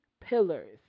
pillars